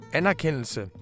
anerkendelse